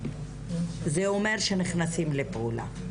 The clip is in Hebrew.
זה אומר שנכנסים לפעולה,